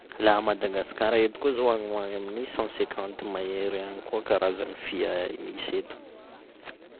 Laha Madagasikara eto koa zao agny ho agny amin'ny cent cinquante mahery agny koa karazan'ny fia misy eto.